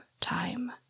time